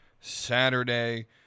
saturday